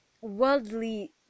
worldly